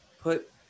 put